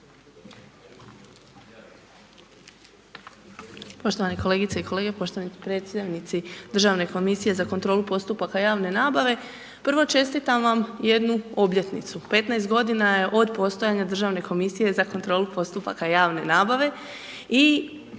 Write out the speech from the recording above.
Poštovane kolegice i kolege, poštovani predstavnici Državne komisije za kontrolu postupaka javne nabave, prvo čestitam vam jednu obljetnicu, 15 godina je od postojanja Državne komisije za kontrolu postupaka javne nabave i